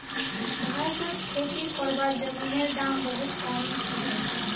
भारतत खेती करवार जमीनेर दाम बहुत कम छे